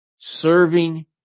Serving